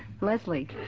Leslie